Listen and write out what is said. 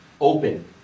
Open